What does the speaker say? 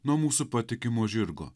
nuo mūsų patikimo žirgo